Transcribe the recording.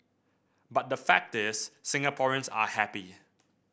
but the fact is Singaporeans are happy